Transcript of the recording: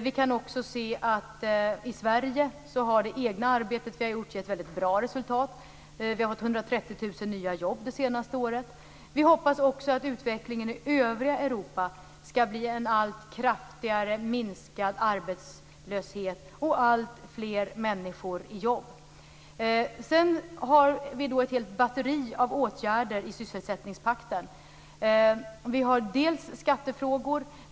Vi kan också se att i Sverige har det arbete vi gjort givit väldigt bra resultat. Vi har fått 130 000 nya jobb det senaste året. Vi hoppas också att utvecklingen i övriga Europa skall bli en allt kraftigare minskad arbetslöshet och alltfler människor i jobb. Vi har ett helt batteri av åtgärder i sysselsättningspakten. Vi har skattefrågor.